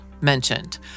mentioned